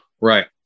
Right